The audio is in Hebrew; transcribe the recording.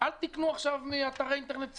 אל תקנו עכשיו מאתרי אינטרנט סיניים.